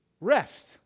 Rest